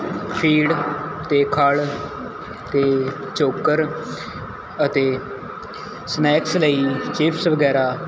feed ਅਤੇ ਖਲ ਅਤੇ ਚੋਕਰ ਅਤੇ ਸਨੈਕਸ ਲਈ ਚਿਪਸ ਵਗੈਰਾ